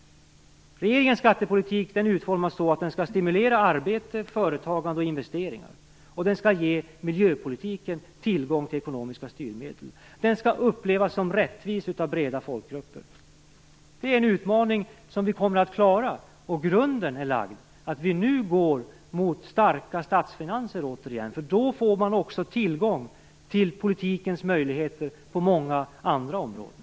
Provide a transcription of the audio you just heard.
Regeringens skattepolitik utformas så att den skall stimulera arbete, företagande och investeringar. Den skall ge miljöpolitiken tillgång till ekonomiska styrmedel. Den skall upplevas som rättvis av breda folkgrupper. Det är en utmaning som vi kommer att klara. Grunden är lagd: Vi går nu mot starka statsfinanser igen. Då får man också tillgång till politikens möjligheter på många andra områden.